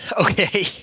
Okay